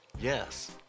Yes